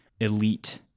elite